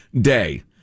day